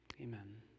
amen